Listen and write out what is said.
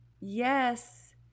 Yes